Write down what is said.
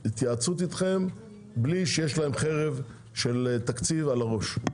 ההתייעצות אתכם בלי שיש להם חרב של תקציב הראש.